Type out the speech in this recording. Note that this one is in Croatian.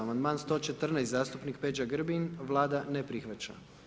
Amandman 114, zastupnik Peđa Grbin, Vlada ne prihvaća.